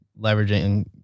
leveraging